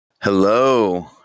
Hello